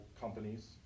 companies